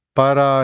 para